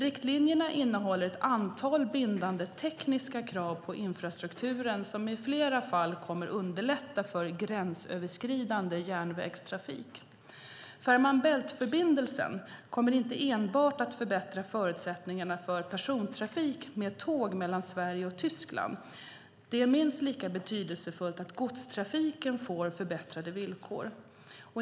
Riktlinjerna innehåller ett antal bindande tekniska krav på infrastrukturen som i flera fall kommer att underlätta för gränsöverskridande järnvägstrafik. Fehmarn bält-förbindelsen kommer inte enbart att förbättra förutsättningarna för persontrafik med tåg mellan Sverige och Tyskland. Det är minst lika betydelsefullt att godstrafiken får förbättrade villkor.